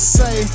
say